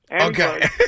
Okay